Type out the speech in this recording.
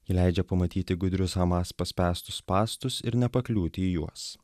ji leidžia pamatyti gudrius hamas paspęstus spąstus ir nepakliūti į juos